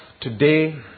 today